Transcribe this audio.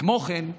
כמו כן,